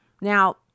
Now